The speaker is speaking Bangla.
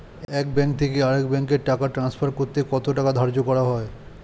এক ব্যাংক থেকে আরেক ব্যাংকে টাকা টান্সফার করতে কত টাকা ধার্য করা হয়?